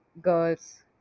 girls